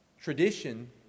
Tradition